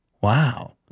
Wow